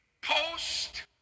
post